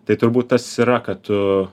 tai turbūt tas yra kad tu